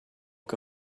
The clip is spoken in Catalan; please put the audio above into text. que